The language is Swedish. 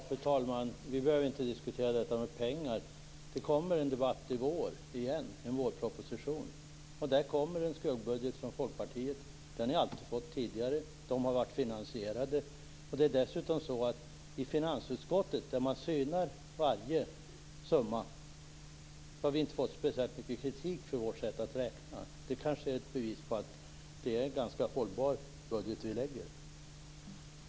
Fru talman! Vi behöver inte diskutera frågan om pengar. Det kommer en debatt igen i samband med vårpropositionen, och då kommer, liksom alltid varit fallit tidigare, en skuggbudget från Folkpartiet. Dessa budgetar har alltid varit finansierade. Dessutom har vi i finansutskottet, där man synar varje summa, inte fått speciellt mycket kritik för vårt sätt att räkna. Det är kanske ett bevis på att vi lägger fram en ganska hållbar budget.